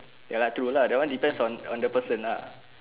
ya lah true lah that one depends on on the person lah